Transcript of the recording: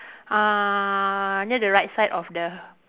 uh near the right side of the